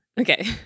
Okay